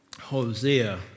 Hosea